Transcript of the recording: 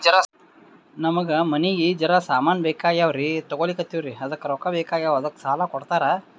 ನಮಗ ಮನಿಗಿ ಜರ ಸಾಮಾನ ಬೇಕಾಗ್ಯಾವ್ರೀ ತೊಗೊಲತ್ತೀವ್ರಿ ಅದಕ್ಕ ರೊಕ್ಕ ಬೆಕಾಗ್ಯಾವ ಅದಕ್ಕ ಸಾಲ ಕೊಡ್ತಾರ?